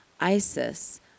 Isis